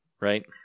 right